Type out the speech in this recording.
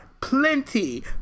plenty